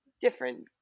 different